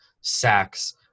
sacks